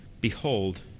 behold